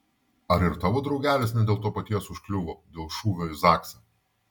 ar ir tavo draugelis ne dėl to paties užkliuvo dėl šūvio į zaksą